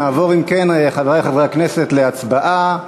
אם כן, חברי חברי הכנסת, נעבור להצבעה.